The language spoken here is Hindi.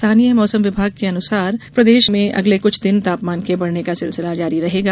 स्थानीय मौसम विज्ञान केन्द्र के अनुसार प्रदेष में अगले कुछ दिन तापमान के बढ़ने का सिलसिला जारी रहेगा